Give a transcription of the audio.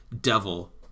devil